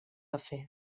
cafè